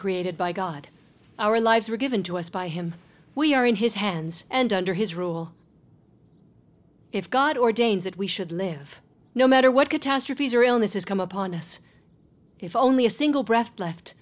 created by god our lives were given to us by him we are in his hands and under his rule if god ordains that we should live no matter what catastrophes or illness has come upon us if only a single breath left